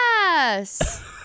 Yes